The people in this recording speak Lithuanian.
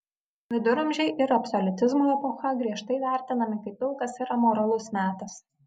viduramžiai ir absoliutizmo epocha griežtai vertinami kaip pilkas ir amoralus metas